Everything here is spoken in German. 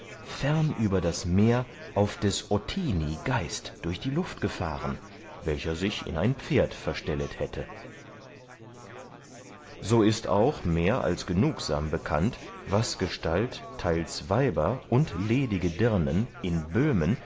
fern über das meer auf des othini geist durch die luft gefahren welcher sich in ein pferd verstellet hätte so ist auch mehr als genugsam bekannt wasgestalt teils weiber und ledige dirnen in böhmen